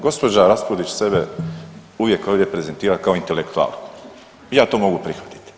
Gospođa Raspudić sebe uvijek prezentira kao intelektualku i ja to mogu prihvatiti.